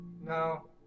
No